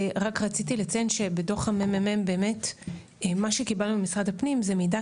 רק רציתי לציין שבדו"ח ה-ממ"מ באמת מה שקיבלנו ממשרד הפנים זה מידע